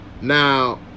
Now